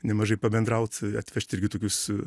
nemažai pabendraut atvežt irgi tokius